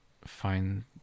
find